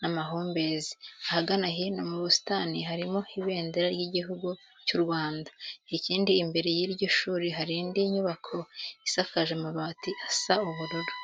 n'amahumbezi. Ahagana hino mu busitani harimo Ibendera ry'Iguhugu cy'u Rwanda, ikindi imbere y'iryo shuri hari indi nyubako isakaje amabati asa ubururu.